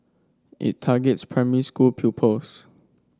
it targets primary school pupils